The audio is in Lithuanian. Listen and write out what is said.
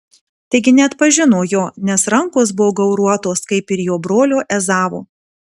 taigi neatpažino jo nes rankos buvo gauruotos kaip ir jo brolio ezavo